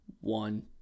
one